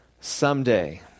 someday